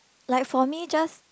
like for me just